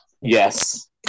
Yes